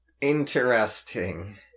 interesting